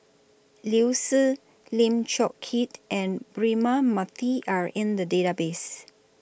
Liu Si Lim Chong Keat and Braema Mathi Are in The Database